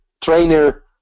trainer